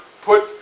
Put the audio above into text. put